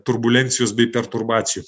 turbulencijos bei perturbacijų